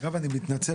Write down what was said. לא הבנתי מתנצל,